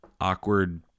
awkward